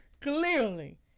Clearly